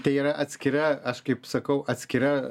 tai yra atskira aš kaip sakau atskira